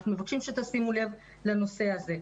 אנחנו מבקשים שתשימו לב לנושא הזה.